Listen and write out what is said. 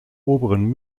oberen